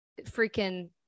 freaking